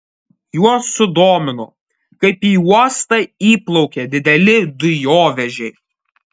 juos sudomino kaip į uostą įplaukia dideli dujovežiai